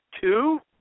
two